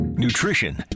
Nutrition